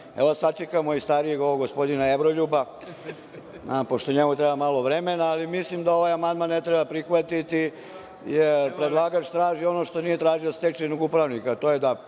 da sačekamo i starijeg ovog gospodina Evroljuba, pošto njemu treba malo vremena. Mislim da ovaj amandman ne treba prihvatiti, jer predlagač traži ono što nije tražio od stečajnog upravnika,